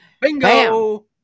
Bingo